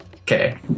Okay